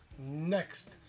Next